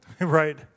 right